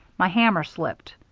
my hammer slipped,